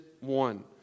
one